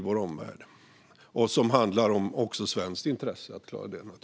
Det är naturligtvis också av svenskt intresse att klara det.